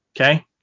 Okay